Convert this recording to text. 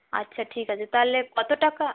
আচ্ছা ঠিক আছে তাহলে কত টাকা